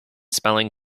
spelling